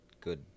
good